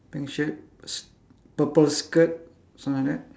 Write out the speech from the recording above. pink shirt s~ purple skirt something like that